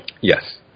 Yes